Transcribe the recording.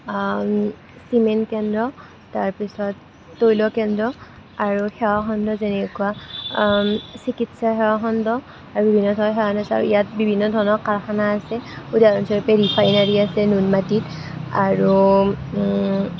cement কেন্দ্ৰ তাৰপিছত তৈলকেন্দ্ৰ আৰু সেৱাখণ্ড যেনেকুৱা চিকিৎসা সেৱাখণ্ড আৰু ইয়াত বিভিন্ন ধৰণৰ কাৰখানা আছে উদাহৰণস্বৰূপে ৰিফাইনেৰী আছে নুনমাটিত আৰু